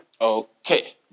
okay